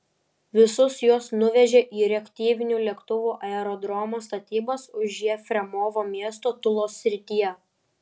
visus juos nuvežė į reaktyvinių lėktuvų aerodromo statybas už jefremovo miesto tulos srityje